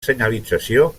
senyalització